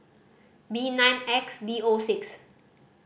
B nine X D O six